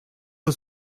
für